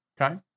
Okay